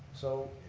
so,